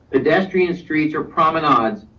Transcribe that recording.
pedestrian streets are promenades,